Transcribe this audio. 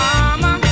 Mama